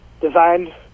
designed